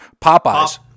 Popeye's